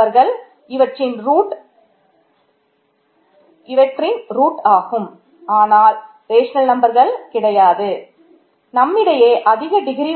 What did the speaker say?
நம்மிடையே அதிக டிகிரி